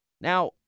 Now